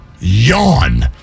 Yawn